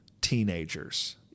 teenagers